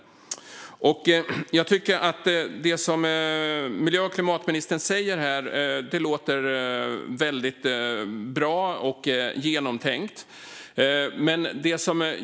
Jag tycker att det som miljö och klimatministern säger här låter bra och genomtänkt.